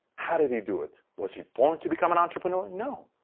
how did he do it. was he born to become an entrepreneur? no.